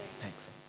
Thanks